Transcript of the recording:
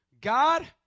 God